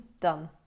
done